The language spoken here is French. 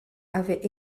avaient